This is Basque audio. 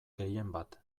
gehienbat